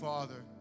Father